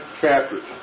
chapters